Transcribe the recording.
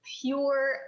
pure